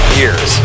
years